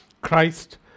Christ